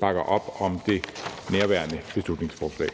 bakker op om nærværende beslutningsforslag.